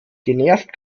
genervt